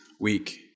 Week